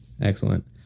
excellent